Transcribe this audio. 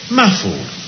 muffled